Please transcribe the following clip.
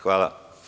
Hvala.